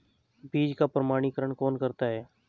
बीज का प्रमाणीकरण कौन करता है?